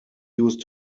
used